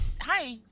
Hi